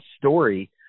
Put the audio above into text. story